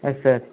yes sir